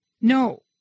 No